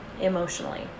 emotionally